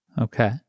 Okay